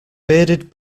bearded